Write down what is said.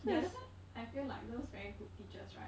ya that's why I feel like those very good teachers right